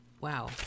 wow